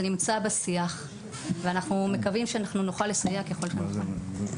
זה נמצא בשיח ואנחנו מקווים שאנחנו נוכל לסייע ככל שניתן.